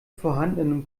vorhandenen